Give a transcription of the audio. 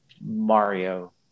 Mario